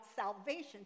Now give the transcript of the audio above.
salvation